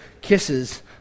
kisses